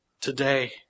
today